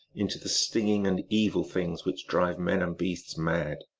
into the stinging and evil things which drive men and beasts mad,